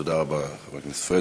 תודה רבה, חבר הכנסת פריג'.